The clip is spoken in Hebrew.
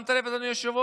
שמת לב, אדוני היושב-ראש?